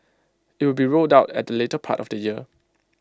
IT will be rolled out at the later part of the year